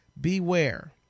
beware